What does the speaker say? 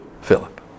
Philip